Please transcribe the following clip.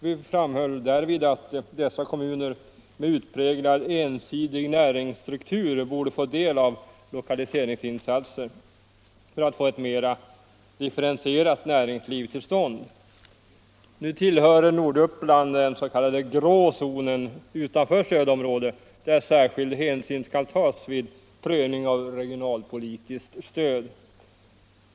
Vi framhöll då att dessa kommuner med utpräglat ensidig näringsstruktur borde få del av lokaliseringsinsatser för att man skall kunna få till stånd ett mera differentierat näringsliv. Nu tillhör norra Uppland den s.k. grå zonen utanför stödområdet, där särskild hänsyn skall tas vid prövning av regionalpolitiskt stöd.